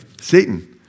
Satan